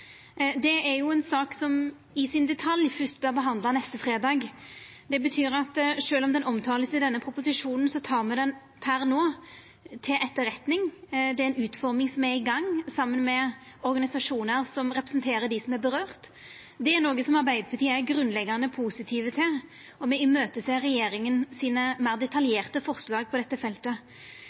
Det er ei sak som i detalj vert behandla fyrst neste fredag. Det betyr at sjølv om det vert omtala i denne proposisjonen, tek me det per no til etterretning. Det er ei utforming som er i gang saman med organisasjonar som representerer dei det får følgjer for. Det er noko som Arbeidarpartiet er grunnleggjande positive til, og me ser fram til regjeringa sine meir detaljerte forslag på dette feltet.